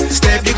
step